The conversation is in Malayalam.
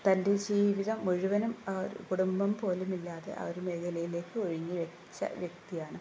തൻ്റെ ജീവിതം മുഴുവനും കുടുംബം പോലുമില്ലാതെ ആ ഒരു മേഖലയിലേക്ക് ഉഴിഞ്ഞുവെച്ച വ്യക്തിയാണ്